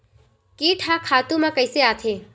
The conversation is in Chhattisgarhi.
कीट ह खातु म कइसे आथे?